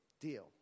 deal